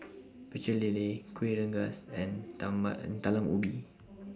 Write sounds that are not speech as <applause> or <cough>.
Pecel Lele Kueh Rengas and <unintelligible> Talam Ubi